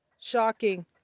shocking